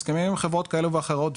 הסכמים עם חברות כאלה ואחרות,